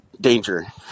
danger